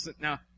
now